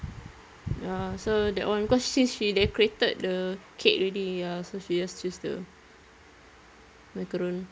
ya so that [one] cause since she they decorated ed the cake already ya so she just choose the macaron